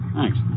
Thanks